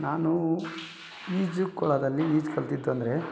ನಾನು ಈಜು ಕೊಳದಲ್ಲಿ ಈಜು ಕಲ್ತಿದ್ದಂದ್ರೆ